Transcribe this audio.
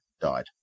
died